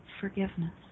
forgiveness